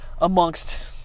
amongst